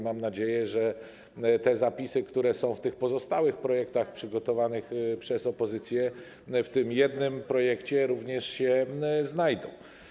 Mam nadzieję, że zapisy, które są w tych pozostałych projektach przygotowanych przez opozycję, w tym jednym projekcie również się znajdą.